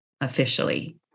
officially